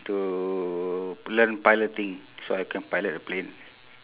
to learn piloting so I can pilot a plane